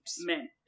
Men